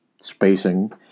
spacing